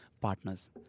partners